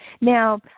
Now